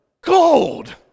gold